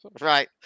Right